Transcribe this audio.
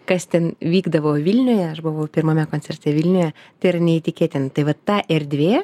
kas ten vykdavo vilniuje aš buvau pirmame koncerte vilniuje tai yra neįtikėtina tai vat ta erdvė